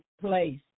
place